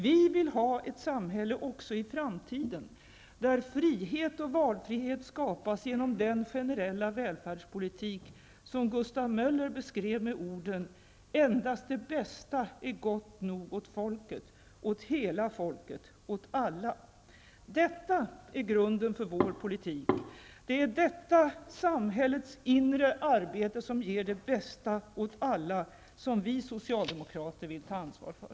Vi vill ha ett samhälle, också i framtiden, där frihet och valfrihet skapas genom den generella välfärdspolitik som Gustav Möller beskrev med orden: ''Endast det bästa är gott nog åt folket'' -- åt hela folket, åt alla! Detta är grunden får vår politik. Det är detta -- samhällets inre arbete, som ger det bästa åt alla -- som vi socialdemokrater vill ta ansvar för.